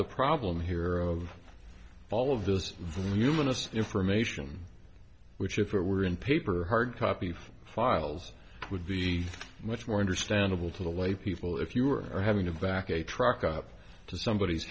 the problem here of all of this voluminous information which if it were in paper hard copy files would be much more understandable to the lay people if you were having a vaca truck up to somebody's